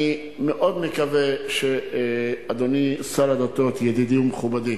אני מאוד מקווה, אדוני שר הדתות, ידידי ומכובדי,